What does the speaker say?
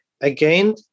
again